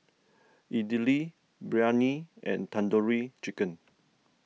Idili Biryani and Tandoori Chicken